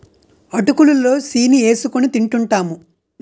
అటుకులు లో సీని ఏసుకొని తింటూంటాము